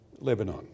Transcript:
Lebanon